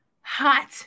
hot